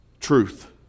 Truth